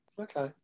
Okay